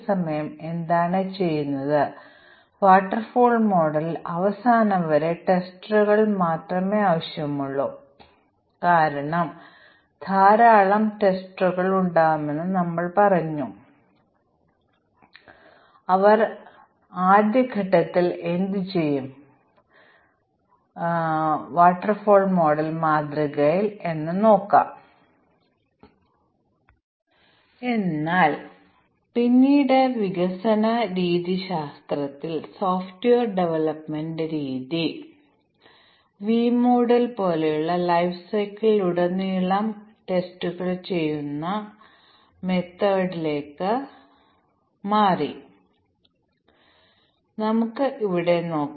രൂപകൽപ്പന ചെയ്ത പ്രോഗ്രാം ഇത് ഒരു വെൽ ഡിസൈൻ പ്രോഗ്രാമിന്റെ ഉദാഹരണമാണ് അവിടെ മൊഡ്യൂളുകൾ പരസ്പരം ശ്രേണിയിൽ വിളിക്കുന്നു ഒരു top level module lower level module വിളിക്കുന്നു കൂടാതെ ലോവർ ലെവൽ മൊഡ്യൂളിൽ നിന്ന് ടോപ്പ് ലെവൽ മൊഡ്യൂളിലേക്ക് ഒരു കോളും നിലവിലില്ല അതിനാൽ ഇത് വളരെ നല്ല ഡിസൈൻ ആണ് എന്നാൽ പിന്നീട് ഞങ്ങൾക്ക് മറ്റ് തരത്തിലുള്ള ഡിസൈൻ ഉണ്ടായിരിക്കാം അവിടെ ഞങ്ങൾക്ക് ലോവർ ലെവൽ മൊഡ്യൂളിനെ ടോപ്പ് ലെവൽ മൊഡ്യൂൾ വിളിക്കുന്നു എന്നാൽ മൊഡ്യൂൾ കോളിംഗ് സ്ട്രക്ചർ അടിസ്ഥാനമാക്കി നിങ്ങൾക്ക് ഇന്റേഗ്രേഷൻ ടെസ്റ്റിങ് നടത്താൻ കഴിയുന്ന വ്യത്യസ്ത മാർഗങ്ങൾ എന്തൊക്കെയാണെന്ന് നമുക്ക് നോക്കാം